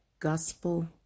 Gospel